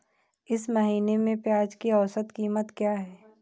इस महीने में प्याज की औसत कीमत क्या है?